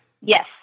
Yes